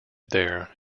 there